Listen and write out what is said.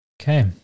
Okay